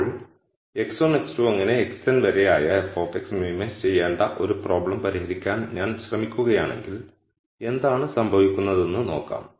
ഇപ്പോൾ x1 x2 xn വരെ ആയ f മിനിമൈസ് ചെയ്യേണ്ട ഒരു പ്രോബ്ലം പരിഹരിക്കാൻ ഞാൻ ശ്രമിക്കുകയാണെങ്കിൽ എന്താണ് സംഭവിക്കുന്നതെന്ന് നോക്കാം